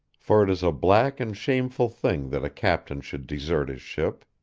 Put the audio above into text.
for it is a black and shameful thing that a captain should desert his ship.